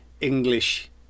English